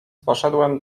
poszedłem